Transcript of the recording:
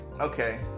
okay